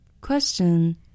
Question